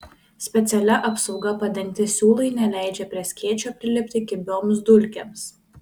specialia apsauga padengti siūlai neleidžia prie skėčio prilipti kibioms dulkėms